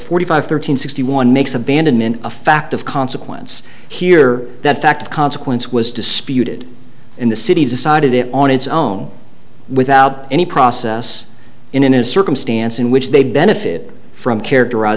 forty five thirteen sixty one makes abandonment a fact of consequence here that fact of consequence was disputed in the city decided it on its own without any process in a circumstance in which they benefit from characteriz